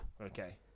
Okay